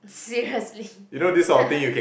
seriously